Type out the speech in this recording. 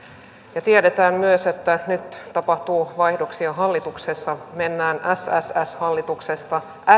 ja tiedetään myös että nyt tapahtuu vaihdoksia hallituksessa mennään sss hallituksesta